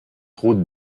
route